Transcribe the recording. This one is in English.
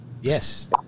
Yes